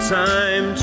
time